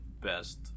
best